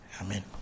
Amen